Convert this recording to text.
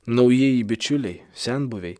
naujieji bičiuliai senbuviai